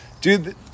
dude